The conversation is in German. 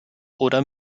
oder